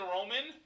Roman